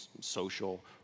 social